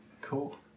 cool